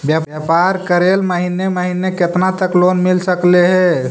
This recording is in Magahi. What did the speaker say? व्यापार करेल महिने महिने केतना तक लोन मिल सकले हे?